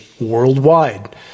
worldwide